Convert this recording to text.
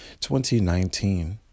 2019